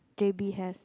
j_b has